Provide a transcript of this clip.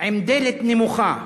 עם דלת נמוכה.